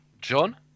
John